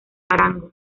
arango